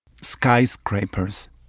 Skyscrapers